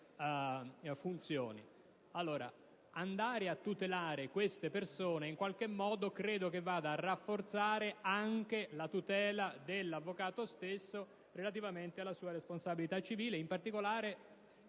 funzioni. Il fatto di tutelare queste persone in qualche modo credo vada a rafforzare anche la tutela dello stesso avvocato relativamente alla sua responsabilità civile, in particolare